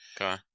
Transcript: Okay